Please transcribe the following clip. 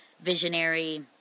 visionary